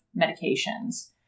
medications